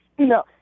No